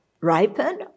ripen